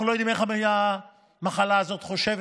אנחנו לא יודעים איך המחלה הזאת חושבת,